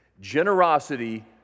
Generosity